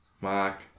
Mark